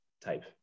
type